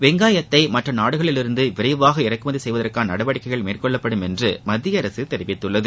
வெங்காயத்தை மற்ற நாடுகளிலிருந்து விரைவாக இறக்குமதி செய்வதற்கான நடவடிக்கைகள் மேற்கொள்ளப்படும் என்று மத்திய அரசு தெரிவித்துள்ளது